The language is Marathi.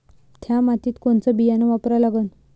थ्या मातीत कोनचं बियानं वापरा लागन?